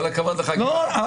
כל הכבוד לך, גלעד.